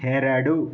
ಎರಡು